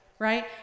Right